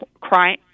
cry